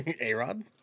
A-Rod